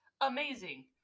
amazing